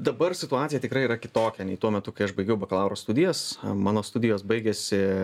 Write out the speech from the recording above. dabar situacija tikrai yra kitokia nei tuo metu kai aš baigiau bakalauro studijas mano studijos baigėsi